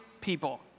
people